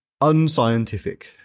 Unscientific